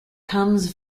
comes